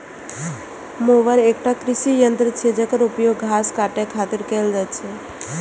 mower एकटा कृषि यंत्र छियै, जेकर उपयोग घास काटै खातिर कैल जाइ छै